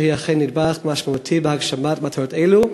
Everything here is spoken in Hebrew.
שהיא אכן נדבך משמעותי בהגשמת מטרות אלו,